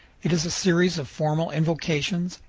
it is a series of formal invocations,